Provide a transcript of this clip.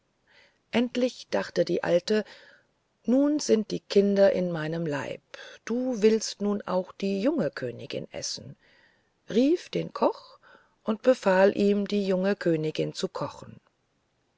endlich dachte die alte nun sind die kinder in meinem leib du willst nun auch die junge königin essen rief den koch und befahl ihm die junge königin zu kochen